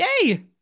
Yay